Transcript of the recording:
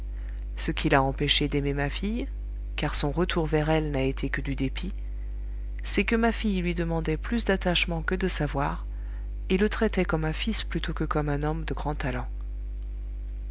ce qui l'a empêché d'aimer ma fille car son retour vers elle n'a été que du dépit c'est que ma fille lui demandait plus d'attachement que de savoir et le traitait comme un fils plutôt que comme un homme de grand talent